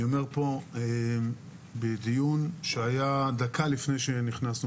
אתם צריכים להבין, ההצלחה